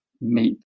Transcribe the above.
meet